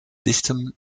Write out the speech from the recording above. dichtem